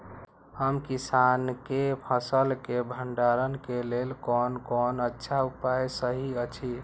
हम किसानके फसल के भंडारण के लेल कोन कोन अच्छा उपाय सहि अछि?